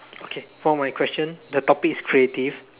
okay for my question the topic is creative